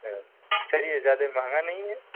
چلیئے زیادہ مہنگا نہیں ہے